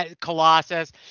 Colossus